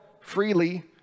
freely